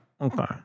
Okay